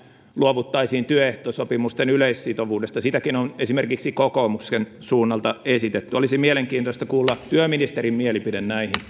luovuttaisiin työehtosopimusten yleissitovuudesta sitäkin on esimerkiksi kokoomuksen suunnalta esitetty olisi mielenkiintoista kuulla työministerin mielipide näihin